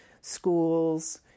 schools